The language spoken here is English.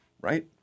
right